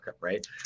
right